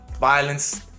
violence